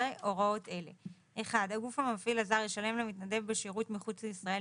הוראות אלה: הקוף המפעיל הזר ישלם למתנדב בשירות מחוץ לישראל,